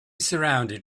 surrounded